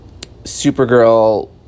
Supergirl